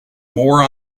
more